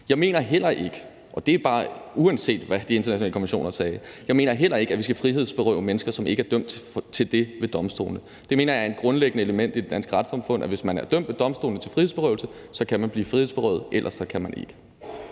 Jeg mener heller ikke – og det er bare, uanset hvad de internationale konventioner sagde – at vi skal frihedsberøve mennesker, som ikke er dømt til det ved domstolene. Det mener jeg er et grundlæggende element i det danske retssamfund, altså at hvis man er dømt ved domstolene til frihedsberøvelse, så kan man blive frihedsberøvet, og ellers kan man ikke.